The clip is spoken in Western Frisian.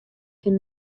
kin